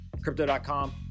crypto.com